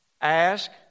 Ask